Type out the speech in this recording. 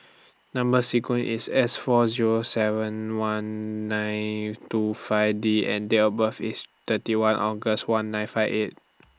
Number sequence IS S four Zero seven one nine two five D and Date of birth IS thirty one August one nine five eight